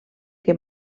que